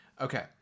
Okay